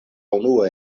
unua